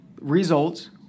results